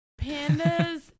pandas